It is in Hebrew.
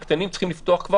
סליחה שאני קוטע אותך,